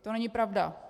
To není pravda!